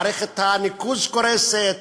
מערכת הניקוז קורסת,